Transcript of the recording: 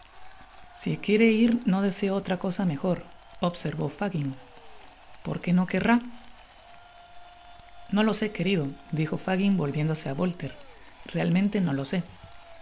si quiere ir no deseo otra cosa mejor observó fagin por qué no querrá no lo sé querido dijo fagin volviéndose á bolterrealmente no lo sé oh que